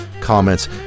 comments